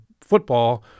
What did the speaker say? football